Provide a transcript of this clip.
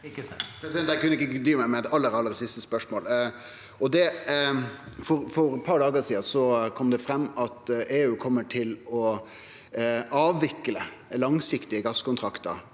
Eg kunne ikkje dy meg for eit aller siste spørsmål. For eit par dagar sidan kom det fram at EU kjem til å avvikle langsiktige gasskontraktar